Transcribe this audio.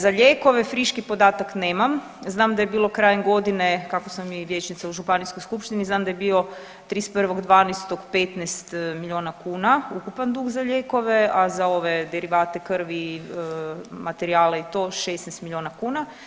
Za lijekove friški podatak nemam, znam da je bilo krajem godine, kako sam vijećnica u županijskoj skupštini znam da je bio 31.12. 15 milijuna kuna ukupan dug za lijekove, a za ove derivate krvi, materijale i to 16 milijuna kuna.